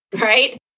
right